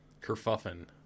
Kerfuffin